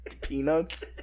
peanuts